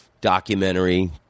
documentary